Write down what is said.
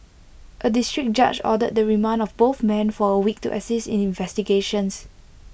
A District Judge ordered the remand of both men for A week to assist in investigations